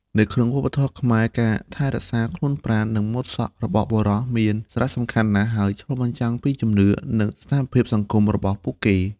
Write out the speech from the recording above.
នៅក្នុងវប្បធម៌ខ្មែរ ការថែរក្សាខ្លួនប្រាណ និងម៉ូតសក់របស់បុរសមានសារៈសំខាន់ណាស់ ហើយឆ្លុះបញ្ចាំងពីជំនឿ និងស្ថានភាពសង្គមរបស់ពួកគេ។